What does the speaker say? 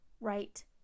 right